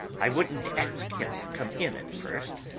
i wouldn't ask him to come in at first,